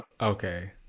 Okay